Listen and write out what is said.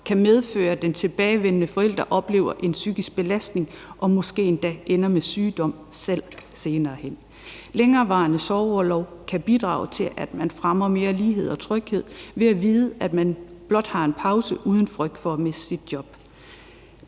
kan medføre, at den tilbageværende forælder oplever en psykisk belastning og måske endda selv ender med sygdom senere hen. Længerevarende sorgorlov kan bidrage til, at fremme lighed og tryghed, ved at man kan vide, at man blot har en pause, uden at have frygten for at miste sit job.